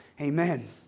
Amen